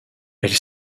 elle